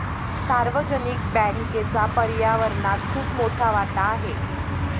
सार्वजनिक बँकेचा पर्यावरणात खूप मोठा वाटा आहे